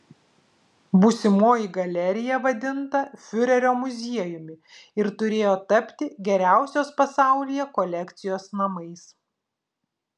būsimoji galerija vadinta fiurerio muziejumi ir turėjo tapti geriausios pasaulyje kolekcijos namais